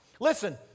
Listen